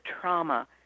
trauma